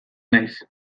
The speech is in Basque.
naiz